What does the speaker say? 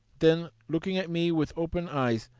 then, looking at me with open eyes,